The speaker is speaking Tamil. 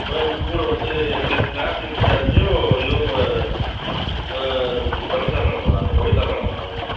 மேம் கூட வந்து க்ள க்ளாஸ் இன்சார்ஜும் இவங்க கவிதா மேடம் வராங்க கவிதா மேடம் வராங்க மேம்